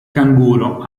canguro